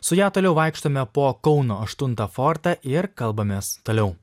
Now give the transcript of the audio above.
su ja toliau vaikštome po kauno aštuntą fortą ir kalbamės toliau